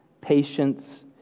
patience